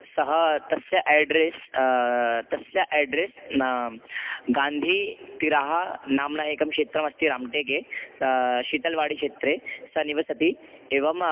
सः तस्य एड्रेस् तस्य एड्रेस् ना गान्धीतिरः नाम्ना एकं क्षेत्रमस्ति राम्टेगे त शीतल्वाडिक्षेत्रे सः निवसति एवं